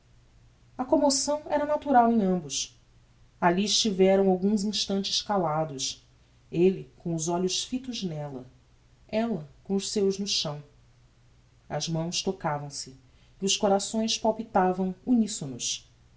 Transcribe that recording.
a commoção era natural em ambos alli estiveram alguns instantes calados elle com os olhos fitos nella ella com os seus no chão as mãos tocavam se e os corações palpitavam unisonos